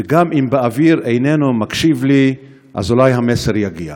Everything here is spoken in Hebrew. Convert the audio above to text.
וגם אם באוויר איננו מקשיב לי, אולי המסר יגיע.